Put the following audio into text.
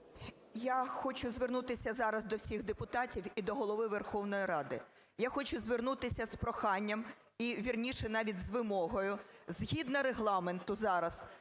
Я хочу звернутися зараз до всіх депутатів і до Голови Верховної Ради. Я хочу звернутися з проханням, і, вірніше, навіть з вимогою. Згідно Регламенту зараз